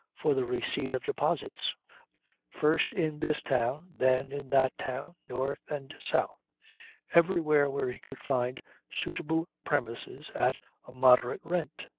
for the receipt of deposits first in this town, then in that town, north and south everywhere where he could find suitable premises at a moderate rent.